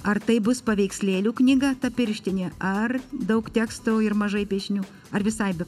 ar tai bus paveikslėlių knyga ta pirštinė ar daug teksto ir mažai piešinių ar visai be